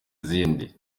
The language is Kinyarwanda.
izindi